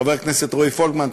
חבר הכנסת רועי פולקמן,